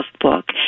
book